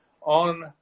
on